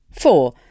Four